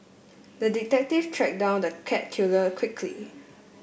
the detective tracked down the cat killer quickly